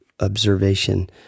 observation